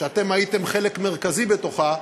שאתם הייתם חלק מרכזי בתוכה,